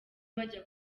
abajya